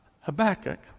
Habakkuk